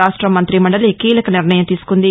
రాష్ట మంగ్రి మందలి కీలక నిర్ణయం తీసుకుంది